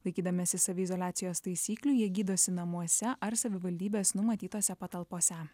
laikydamiesi saviizoliacijos taisyklių jie gydosi namuose ar savivaldybės numatytose patalpose